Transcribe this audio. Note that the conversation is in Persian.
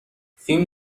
فیلم